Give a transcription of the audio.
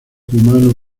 humano